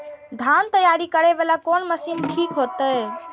धान तैयारी करे वाला कोन मशीन ठीक होते?